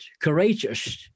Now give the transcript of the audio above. courageous